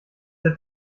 der